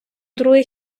друге